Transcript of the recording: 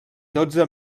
dotze